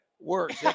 Works